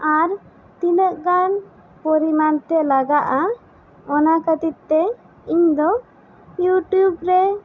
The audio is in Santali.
ᱟᱨ ᱛᱤᱱᱟᱹᱜ ᱜᱟᱱ ᱯᱚᱨᱤᱢᱟᱱ ᱛᱮ ᱞᱟᱜᱟᱜᱼᱟ ᱚᱱᱟ ᱠᱷᱟᱹᱛᱤᱨ ᱛᱮ ᱤᱧ ᱫᱚ ᱭᱩᱴᱤᱭᱩᱵᱽ ᱨᱮ